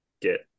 get